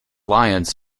lyons